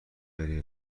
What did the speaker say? فری